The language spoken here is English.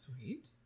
Sweet